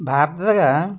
ಭಾರತದಾಗ